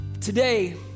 Today